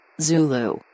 Zulu